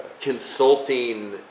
consulting